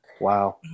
wow